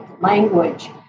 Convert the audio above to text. language